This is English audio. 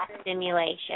stimulation